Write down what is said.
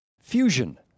Fusion